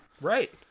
Right